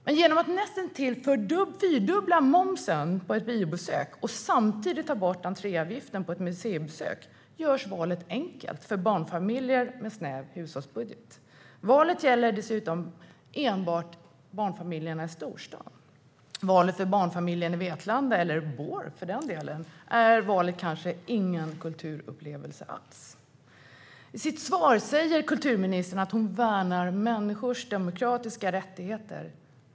Men genom att näst intill fyrdubbla momsen på ett biobesök och samtidigt ta bort entréavgiften på ett museibesök görs valet enkelt för barnfamiljer med snäv hushållsbudget. Valet gäller dessutom enbart barnfamiljerna i storstaden. För barnfamiljerna i Vetlanda, eller för den delen Bor, blir det kanske inte någon kulturupplevelse alls. I sitt svar säger kulturministern att hon värnar människors demokratiska rättigheter.